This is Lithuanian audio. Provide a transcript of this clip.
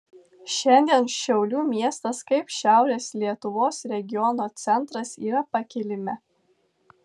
šiandien šiaulių miestas kaip šiaurės lietuvos regiono centras yra pakilime